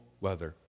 weather